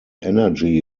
energy